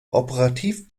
operativ